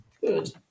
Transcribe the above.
good